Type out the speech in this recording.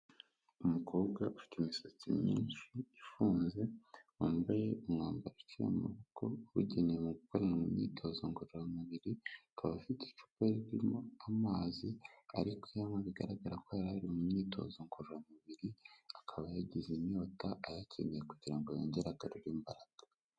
Umukobwa ufite imisatsi myinshi ifunze, wambaye umwambaro uciye amaboko wabugenewe mu gukoranwa imyitozo ngororamubiri, akaba afite icupa ririmo amazi ari kuyanywa bigaragara ko yari ari mu myitozo ngororamubiri akaba yagize inyota ayakeneye kugira ngo yongere agarure imbaraga.